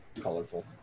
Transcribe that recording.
Colorful